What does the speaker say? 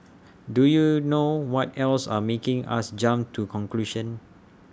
do you know what else are making us jump to conclusions